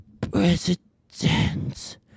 President